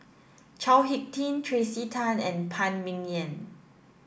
Chao Hick Tin Tracey Tan and Phan Ming Yen